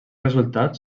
resultats